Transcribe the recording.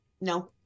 No